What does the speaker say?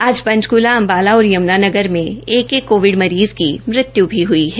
आज पंचकुला अम्बाला और यम्नानगर में एक एक कोविड मरीज़ की मृत्यु भी हुई है